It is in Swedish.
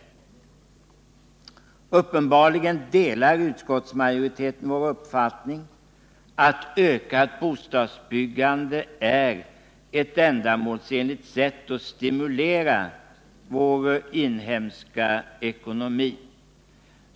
Uppenbarligen delar utskottsmajoriteten vår uppfattning, att ökat bostadsbyggande är ett ändamålsenligt sätt att stimulera vår inhemska ekonomi.